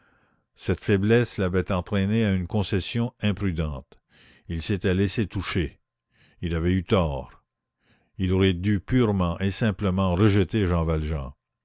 cette faiblesse l'avait entraîné à une concession imprudente il s'était laissé toucher il avait eu tort il aurait dû purement et simplement rejeter jean valjean